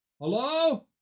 Hello